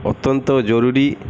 অত্যন্ত জরুরি